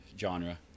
genre